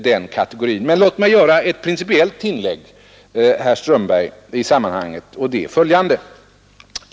Men låt mig göra ett principiellt tillägg i sammanhanget, herr Strömberg, och det är följande.